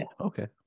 okay